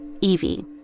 Evie